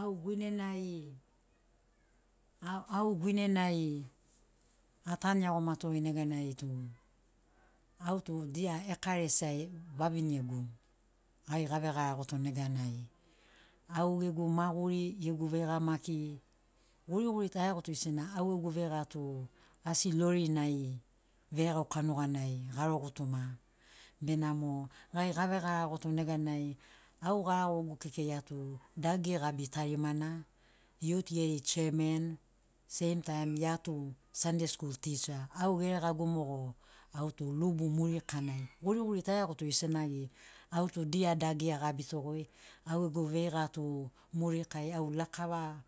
Au guine nai- au guine nai atanu iagomato nega nai tu au tu dia ekaresia ai vavinegu gai ga vegaragoto nega nai au gegu maguri gegu veiga maki guriguri tu aiagoto goi sena au gegu veiga tu asi lorinai veregauka nuganai garo gutuma benamo gai ga vegaragoto nega nai au garagogu kekei ia tu dagi gabi tarimana, yut geri chemen seim taim ia tu sandei skul ticha. Au geregagu mogo au tu lubu murikanai guriguri tu a iagoto goi senagi au tu dia dagi agabi to goi au gegu veiga tu murikai au lakava